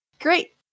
Great